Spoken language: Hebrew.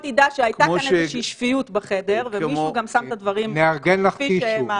ידע שהייתה כאן איזושהי שפיות בחדר ומישהו גם שם את הדברים כפי שהם.